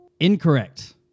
Incorrect